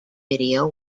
video